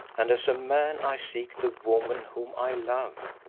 and as a man i seek the woman whom i love.